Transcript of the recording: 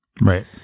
Right